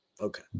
Okay